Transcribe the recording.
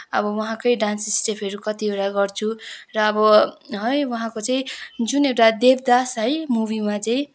अब उहाँकै डान्स स्टेपहरू कतिवटा गर्छु र अब है उहाँको चाहिँ जुन एउटा देवदास है मुवीमा चाहिँ